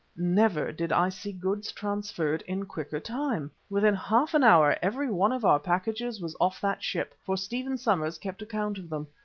never did i see goods transferred in quicker time. within half an hour every one of our packages was off that ship, for stephen somers kept a count of them.